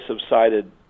subsided